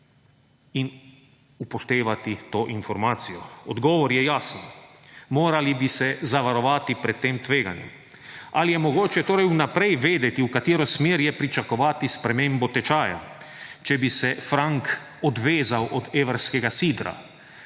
in upoštevati to informacijo? Odgovor je jasen, morali bi se zavarovati pred tem tveganjem. Ali je mogoče torej vnaprej vedeti, v katero smer je pričakovati spremembo tečaja, če bi se frank odvezal od evrskega sidra